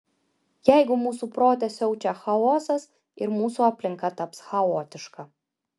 jeigu mūsų prote siaučia chaosas ir mūsų aplinka taps chaotiška